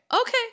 Okay